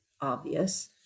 obvious